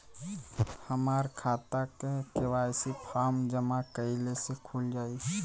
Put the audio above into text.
हमार खाता KYC form जमा कइले से खुल जाई?